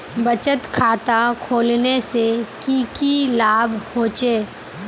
बचत खाता खोलने से की की लाभ होचे?